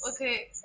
okay